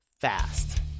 Fast